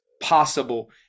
Possible